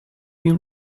been